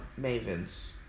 mavens